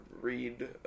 read